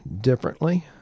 differently